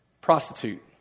Prostitute